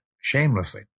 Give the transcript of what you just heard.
shamelessly